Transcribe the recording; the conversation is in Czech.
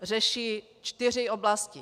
Řeší čtyři oblasti.